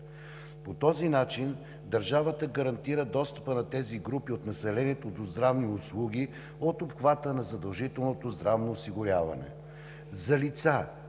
По този начин държавата гарантира достъпа на тези групи от населението до здравни услуги от обхвата на задължителното здравно осигуряване.